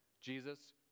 Jesus